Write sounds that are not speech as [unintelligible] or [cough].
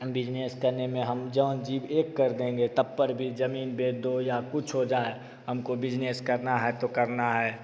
हम बिज़नेस करने में हम [unintelligible] एक कर देंगे तब पर भी ज़मीन भेज दो या कुछ हो जाए हमको बिज़नेस करना है तो करना है